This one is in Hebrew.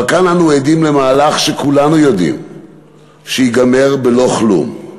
אבל כאן אנו עדים למהלך שכולנו יודעים שייגמר בלא כלום,